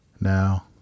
Now